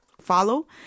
follow